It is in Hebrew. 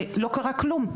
לא קרה כלום,